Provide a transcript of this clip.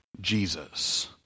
Jesus